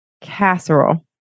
casserole